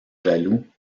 jaloux